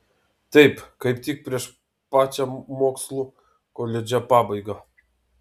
taip kaip tik prieš pačią mokslų koledže pabaigą